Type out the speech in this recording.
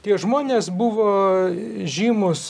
tie žmonės buvo žymūs